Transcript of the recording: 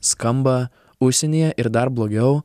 skamba užsienyje ir dar blogiau